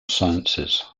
sciences